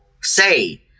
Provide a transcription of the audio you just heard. say